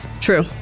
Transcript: true